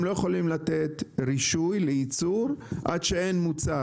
לא יכולים לתת רישוי לייצור עד שאין מוצר.